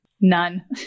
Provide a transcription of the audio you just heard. None